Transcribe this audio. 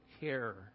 care